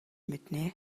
мэднэ